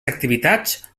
activitats